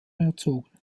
erzogen